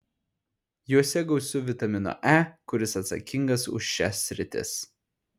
juose gausu vitamino e kuris atsakingas už šias sritis